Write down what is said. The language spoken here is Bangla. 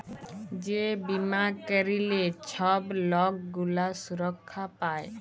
যে বীমা ক্যইরলে ছব লক গুলা সুরক্ষা পায়